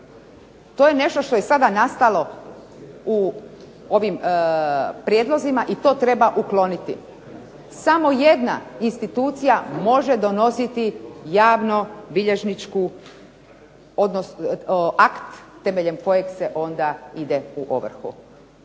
To je nešto što je sada nastalo u ovim prijedlozima i to treba ukloniti. Samo jedna institucija može donositi javnobilježničku, akt temeljem kojeg se onda ide u ovrhu.